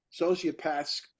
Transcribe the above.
sociopaths